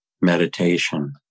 meditation